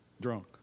Drunk